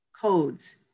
codes